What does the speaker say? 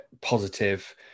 positive